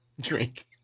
drink